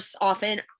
often